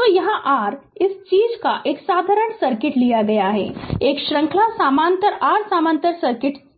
तो यहाँ r इस चीज़ का एक साधारण सर्किट लिया गया है एक श्रृंखला समानांतर r समानांतर सर्किट सही है